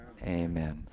Amen